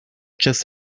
just